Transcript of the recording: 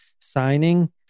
signing